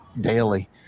daily